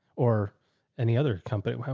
or any other company,